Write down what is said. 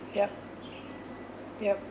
yup yup